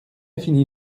fini